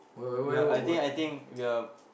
we're I think I think we're